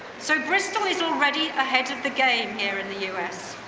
so bristol is already ahead of the game here in the us.